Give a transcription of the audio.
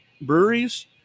breweries